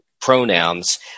pronouns